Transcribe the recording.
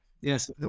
Yes